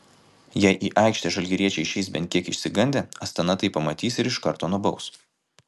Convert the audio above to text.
jei į aikštę žalgiriečiai išeis bent kiek išsigandę astana tai pamatys ir iš karto nubaus